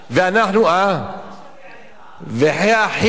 "וחי אחיך עמך" חייך קודמים,